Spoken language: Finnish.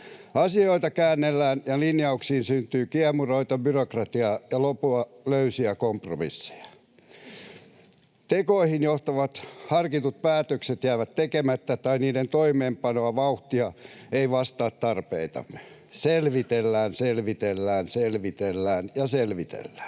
Asioita käännellään, ja linjauksiin syntyy kiemuroita, byrokratiaa ja lopulta löysiä kompromisseja. Tekoihin johtavat harkitut päätökset jäävät tekemättä tai niiden toimeenpanon vauhti ei vastaa tarpeitamme. Selvitellään, selvitellään, selvitellään ja selvitellään.